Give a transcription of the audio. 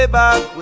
back